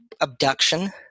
abduction